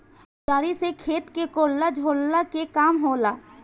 कुदारी से खेत के कोड़ला झोरला के काम होला